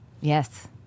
Yes